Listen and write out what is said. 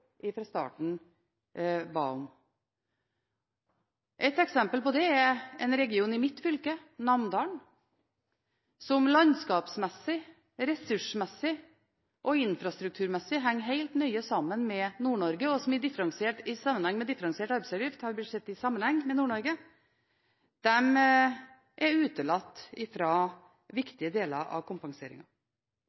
ba om fra starten. Et eksempel på det er en region i mitt fylke, Namdalen, som landskapsmessig, ressursmessig og infrastrukturmessig henger nøye sammen med Nord-Norge, og som i sammenheng med differensiert arbeidsgiveravgift har blitt sett i sammenheng med Nord-Norge. Den er utelatt fra viktige deler av